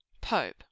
Pope